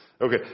Okay